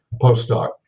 postdoc